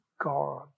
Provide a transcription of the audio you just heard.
God